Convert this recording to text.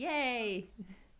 Yay